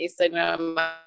Instagram